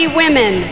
women